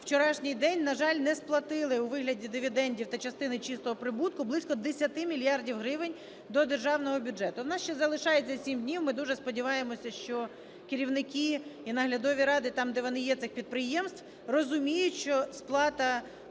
вчорашній день, на жаль, не сплатили у вигляді дивідендів та частини чистого прибутку близько 10 мільярдів гривень до Державного бюджету. У нас ще залишається 7 днів. Ми дуже сподіваємось, що керівники і наглядові ради, там де вони є цих підприємств, розуміють, що сплата